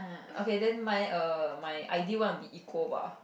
okay then mine err my ideal one will be equal bah